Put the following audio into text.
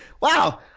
Wow